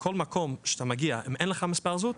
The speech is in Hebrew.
בכל מקום שאתה מגיע אם אין לך מספר זהות,